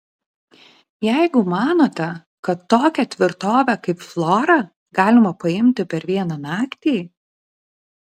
jeigu manote kad tokią tvirtovę kaip flora galima paimti per vieną naktį